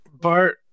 Bart